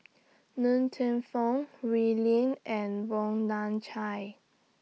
Ng Teng Fong Wee Lin and Wong Nai Chin